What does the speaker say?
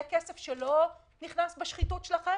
זה כסף שלא נכנס בשחיתות שלכם?